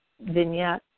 vignette